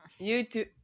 YouTube